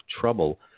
trouble